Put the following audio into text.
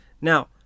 Now